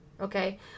okay